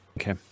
Okay